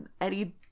Eddie